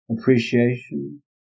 appreciation